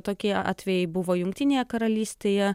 tokie atvejai buvo jungtinėje karalystėje